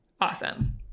Awesome